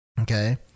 okay